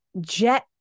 jet